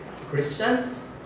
Christians